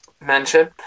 mention